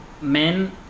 men